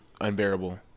unbearable